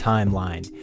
Timeline